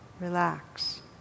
Relax